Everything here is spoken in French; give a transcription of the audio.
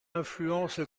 influencent